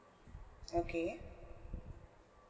okay